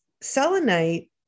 selenite